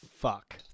Fuck